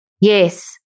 Yes